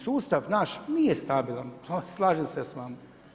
Sustav naš nije stabilan, slažem se s vama.